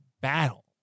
battle